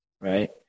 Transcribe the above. right